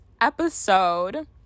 episode